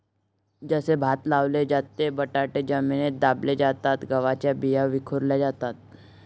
जसे भात लावले जाते, बटाटे जमिनीत दाबले जातात, गव्हाच्या बिया विखुरल्या जातात